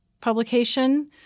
publication